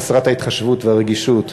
חסרת ההתחשבות והרגישות.